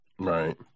Right